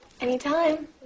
Anytime